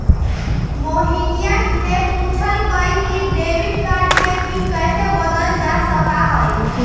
मोहिनीया ने पूछल कई कि डेबिट कार्ड के पिन कैसे बदल्ल जा सका हई?